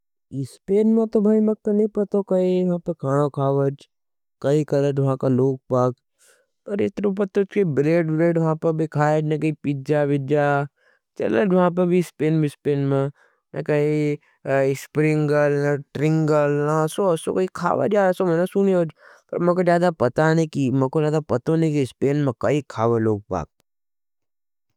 स्पें में तो मैं कहरें नहीं पता काये खाण खाव हज। काई करहें थो हा का लोगपाग। पर इतने पताशों, बिरेड ब्रेड भापभी खाये, नके पिजा विज्जा चले थो भापभी फीन मी फीन में। न काई असो असो कहीं खावाजा, असो मैंने सूनी होवज। मैंको ज़्यादा पता नहीं कि मैंको ज़्यादा पतो नहीं कि स्पेन मैं कहीं खावाजा लोग पाग।